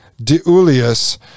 Deulius